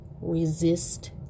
resist